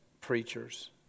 preachers